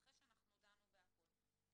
אחרי שאנחנו דנו בהכול.